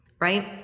right